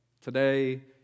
Today